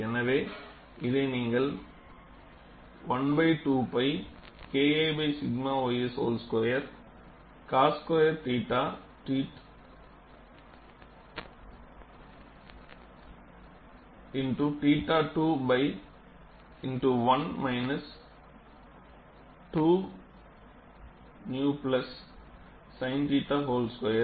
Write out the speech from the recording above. எனவே இதை நீங்கள் 1 2 π KI 𝛔 ys whole square cos square θ θ 2 pi X 1 minus 2 𝝼 plus Sin θ whole square